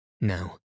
Now